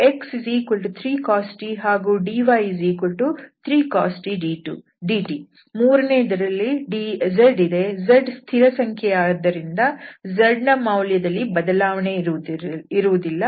z ಸ್ಥಿರ ಸಂಖ್ಯೆಯಾಗಿರುವುದರಿಂದ z ನ ಮೌಲ್ಯದಲ್ಲಿ ಬದಲಾವಣೆ ಇರುವುದಿಲ್ಲ